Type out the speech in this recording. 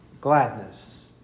gladness